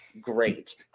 great